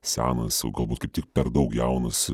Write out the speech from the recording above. senas o galbūt kaip tik per daug jaunas